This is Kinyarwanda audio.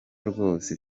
rwose